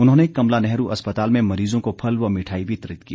उन्होंने कमला नेहरू अस्पताल में मरीजों को फल व मिठाई वितरित की